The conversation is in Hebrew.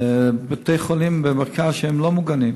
לבתי-חולים במרכז שהם לא ממוגנים.